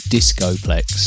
Discoplex